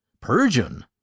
Persian